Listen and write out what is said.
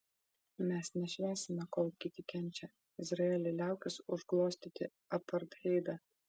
mes nešvęsime kol kiti kenčia izraeli liaukis užglostyti apartheidą